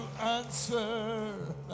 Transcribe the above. answer